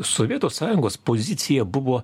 sovietų sąjungos pozicija buvo